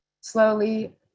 slowly